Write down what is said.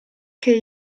che